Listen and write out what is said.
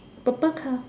purple colour